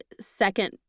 second